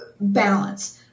balance